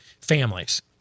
families